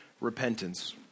repentance